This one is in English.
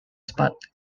spot